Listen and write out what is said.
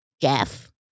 Jeff